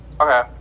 Okay